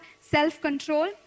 self-control